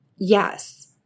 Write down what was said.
Yes